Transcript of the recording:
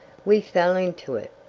we fell into it.